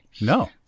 No